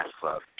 club